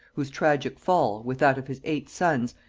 whose tragic fall, with that of his eight sons,